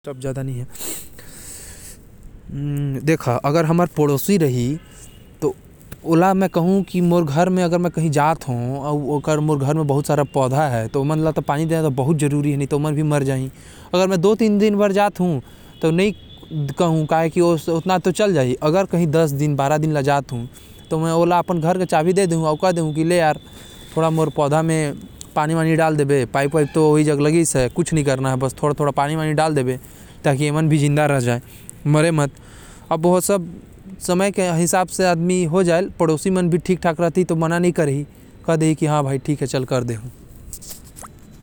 अपन पड़ोसी ला बोलहुँ, की भाई एमन ला भी तो जिये बर पानी चाही तो मैं बाहर जात हो, मोर आत तक एमन ला पानी डाल देबे। ऐ ले मोर घर के चाबी, पाइप उठाबे अउ मोर घरे पौधा मन के पानी डाल देबे।